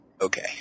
Okay